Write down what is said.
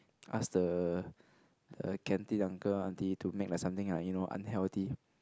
ask the the canteen uncle aunty to make like something like you know like unhealthy